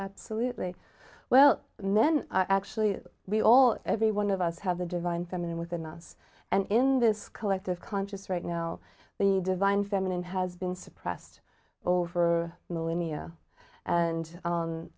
absolutely well men actually we all every one of us have the divine feminine within us and in this collective conscious right know the divine feminine has been suppressed over millennia and